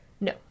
No